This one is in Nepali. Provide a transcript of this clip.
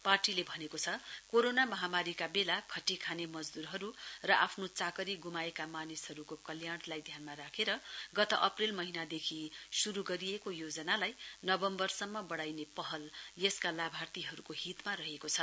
पार्टीले भनेको छ कोरोना महामारीका बेला खटिखाने मजदुरहरू र आफ्नो चाकरी ग्रमाएका मानिसहरूको कल्याणलाई ध्यानमा राखेर गत अप्रेल महिनादेखि शुरू गरिएको योजनालाई नवम्बरसम्म बढाइने पहल यसका लाभार्थीहरूको हितमा रहेको छ